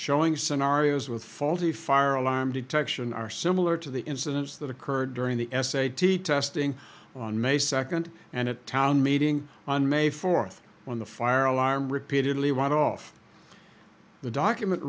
showing scenarios with faulty fire alarm detection are similar to the incidents that occurred during the s a t testing on may second and a town meeting on may fourth when the fire alarm repeatedly went off the document